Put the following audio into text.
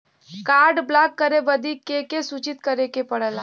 Card block करे बदी के के सूचित करें के पड़ेला?